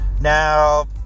Now